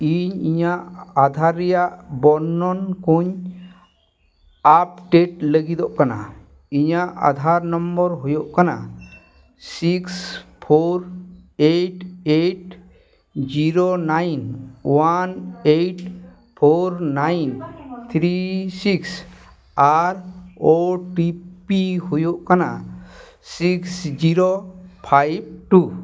ᱤᱧ ᱤᱧᱟᱹᱜ ᱟᱫᱷᱟᱨ ᱨᱮᱭᱟᱜ ᱵᱚᱨᱱᱚᱱ ᱠᱚᱧ ᱞᱟᱹᱜᱤᱫᱚᱜ ᱠᱟᱱᱟ ᱤᱧᱟᱹᱜ ᱦᱩᱭᱩᱜ ᱠᱟᱱᱟ six four eight eight zero nine one eight four nine three six ᱟᱨ ᱦᱩᱭᱩᱜ ᱠᱟᱱᱟ ᱥᱤᱠᱥ ᱡᱤᱨᱳ ᱯᱷᱟᱭᱤᱵᱷ ᱴᱩ